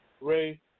Ray